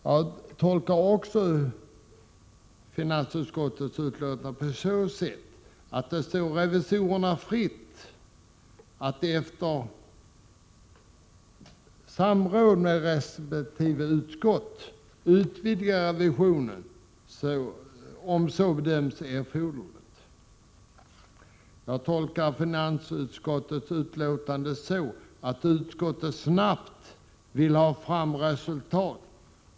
Jag tolkar också finansutskottets betänkande på så sätt att det står revisorerna fritt att efter samråd med resp. utskott utvidga revisionen, om det bedöms vara erforderligt. Jag tolkar slutligen utskottets betänkande som att utskottet snabbt vill ha fram resultat.